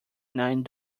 nine